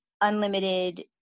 unlimited